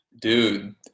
Dude